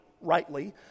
rightly